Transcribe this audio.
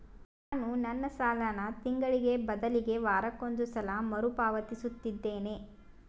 ನಾನು ನನ್ನ ಸಾಲನ ತಿಂಗಳಿಗೆ ಬದಲಿಗೆ ವಾರಕ್ಕೊಂದು ಸಲ ಮರುಪಾವತಿಸುತ್ತಿದ್ದೇನೆ